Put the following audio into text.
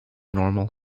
normal